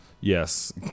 yes